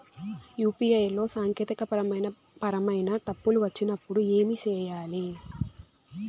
UPI లో సాంకేతికపరమైన పరమైన తప్పులు వచ్చినప్పుడు ఏమి సేయాలి